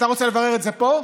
אתה רוצה לברר את זה פה?